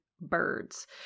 birds